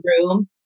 room